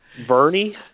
Vernie